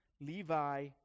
Levi